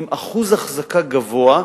עם אחוז החזקה גבוה,